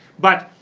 but,